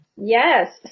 Yes